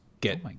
get